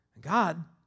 God